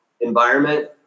environment